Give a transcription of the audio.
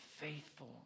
faithful